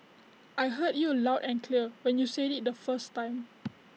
I heard you loud and clear when you said IT the first time